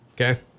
Okay